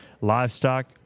livestock